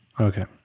Okay